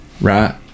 right